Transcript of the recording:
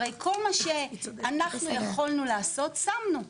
כל מה שאנחנו יכולנו לעשות עשינו,